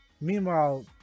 Meanwhile